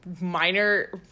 minor